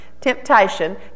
temptation